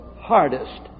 hardest